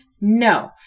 No